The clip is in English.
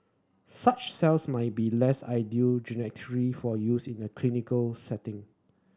such cells might be less ideal genetically for use in the clinical setting